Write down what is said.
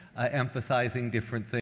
emphasizing different things.